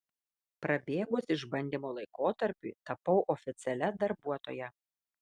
prabėgus išbandymo laikotarpiui tapau oficialia darbuotoja